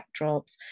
backdrops